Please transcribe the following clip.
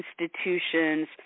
institutions